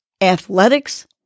Athletics